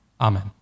Amen